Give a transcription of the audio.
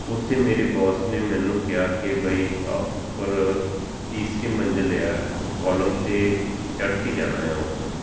ਉੱਥੇ ਮੇਰੇ ਬੋਸ ਨੇ ਮੈਨੂੰ ਕਿਹਾ ਕਿ ਬਈ ਆਹ ਉੱਪਰ ਤੀਸਰੀ ਮੰਜ਼ਲ ਆ ਉਹ ਕੋਲਮ 'ਤੇ ਚੜ੍ਹ ਕੇ ਜਾਣਾ ਆ ਉੱਪਰ